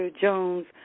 Jones